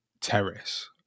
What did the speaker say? terrace